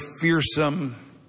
fearsome